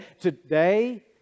today